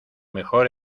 mejor